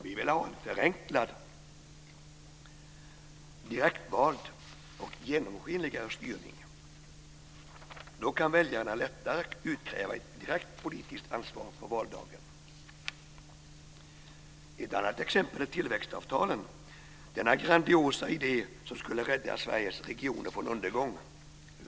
Vi vill ha en förenklad, direktvald och genomskinligare styrning. Då kan väljarna lättare utkräva ett direkt politiskt ansvar på valdagen. Ett annat exempel är tillväxtavtalen, denna grandiosa idé som skulle rädda Sveriges regioner från undergång.